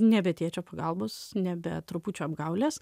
nebe tėčio pagalbos nebe trupučio apgaulės